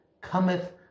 cometh